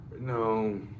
No